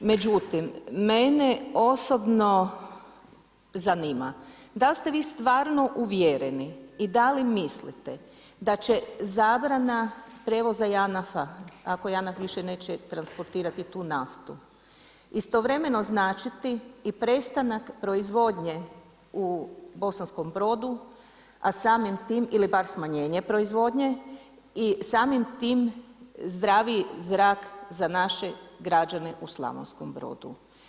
Međutim, mene osobno zanima da li ste vi stvarno uvjereni i da li mislite da će zabrana prijevoza JANAF-a, ako JANAF više neće transportirati tu naftu istovremeno značiti i prestanak proizvodnje u Bosanskom Brodu a samim tim ili bar smanjenje proizvodnje i samim tim zdraviji zrak za naše građane u Slavonskom Brodu.